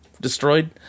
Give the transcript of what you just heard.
destroyed